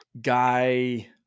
guy